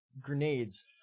grenades